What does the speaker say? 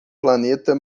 planeta